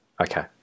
Okay